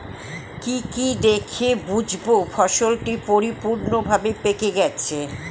কি কি দেখে বুঝব ফসলটি পরিপূর্ণভাবে পেকে গেছে?